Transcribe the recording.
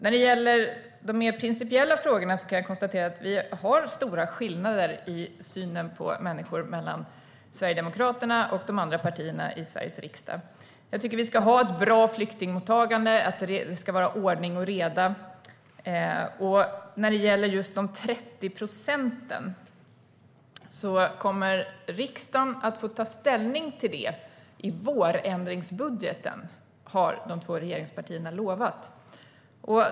När det gäller de mer principiella frågorna kan jag konstatera att det är stora skillnader i fråga om synen på människor mellan Sverigedemokraterna och de andra partierna i Sveriges riksdag. Jag tycker att vi ska ha ett bra flyktingmottagande och att det ska vara ordning och reda. När det gäller just de 30 procenten kommer riksdagen att få ta ställning till det i vårändringsbudgeten, har de två regeringspartierna lovat.